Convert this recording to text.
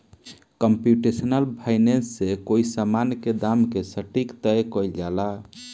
computational finance से कोई समान के दाम के सटीक तय कईल जाला